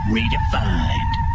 Redefined